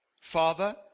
Father